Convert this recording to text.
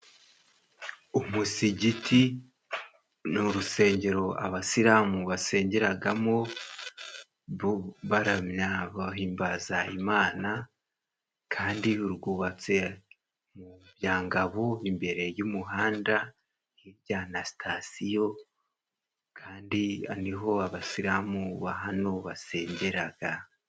Umusigiti ni urusengero Abasilamu basengeragamo baramya, bahimbaza Imana kandi rwubatse mu Byangabo imbere y'umuhanda hirya na sitasiyo kandi niho Abasilamu ba hano basengeraga.